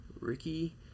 Ricky